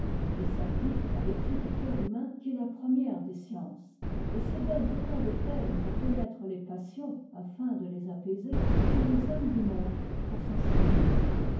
ils s'appliquent à l'étude du cœur humain qui est la première des sciences et se donnent autant de peine pour connaître les passions afin de les apaiser que les hommes du monde pour s'en servir